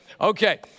Okay